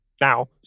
now